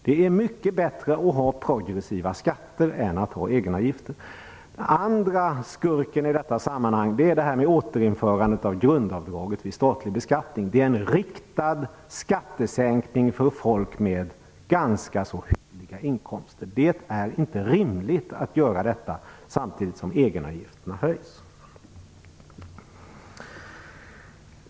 Det är mycket bättre att ha progressiva skatter än egenavgifter. Den andra skurken är återinförandet av grundavdraget vid statlig beskattning. Det är en riktad skattesänkning för folk med ganska hyggliga inkomster. Det är inte rimligt att göra detta samtidigt som egenavgifterna höjs.